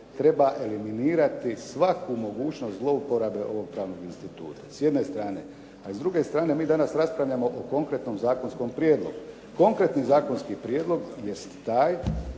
treba eliminirati svaku mogućnost zlouporabe ovog pravnog instituta s jedne strane. A i s druge strane, mi danas raspravljamo o konkretnom zakonskom prijedlogu, konkretni zakonski prijedlog jest